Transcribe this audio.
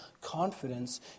confidence